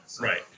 right